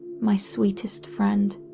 my sweetest friend.